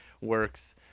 works